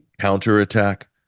counterattack